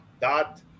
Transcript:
dot